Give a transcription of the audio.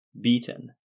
beaten